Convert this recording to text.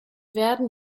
werden